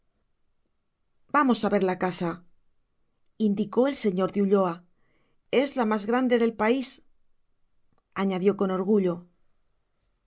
vamos a ver la casa indicó el señor de ulloa es la más grande del país añadió con orgullo